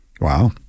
Wow